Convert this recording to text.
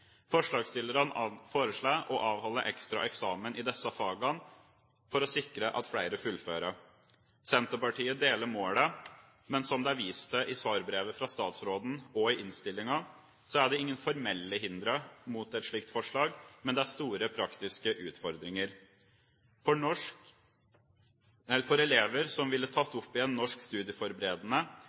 Forslagsstillerne foreslår å avholde ekstra eksamen i disse fagene for å sikre at flere fullfører. Senterpartiet deler målet, men som det er vist til i svarbrevet fra statsråden og i innstillingen, er det ingen formelle hindre mot et slikt forslag, men det er store praktiske utfordringer. Elever som ville tatt opp igjen norsk studieforberedende,